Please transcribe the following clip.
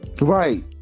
Right